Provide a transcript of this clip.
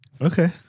Okay